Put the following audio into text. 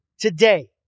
today